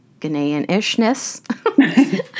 Ghanaian-ishness